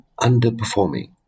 underperforming